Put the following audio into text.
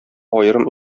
аерым